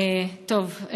טוב,